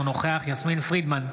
אינו נוכח יסמין פרידמן,